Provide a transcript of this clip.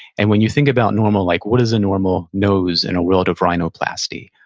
and when you think about normal, like, what is a normal nose in a world of rhinoplasty,